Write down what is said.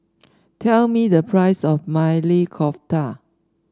tell me the price of Maili Kofta